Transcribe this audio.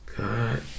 God